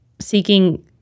seeking